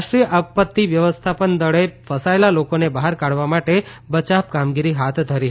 રાષ્ટ્રીય આપત્તિ વ્યવસ્થાપન દળે ફસાચેલા લોકોને બહાર કાઢવા માટે બચાવ કામગીરી હાથ ધરી હતી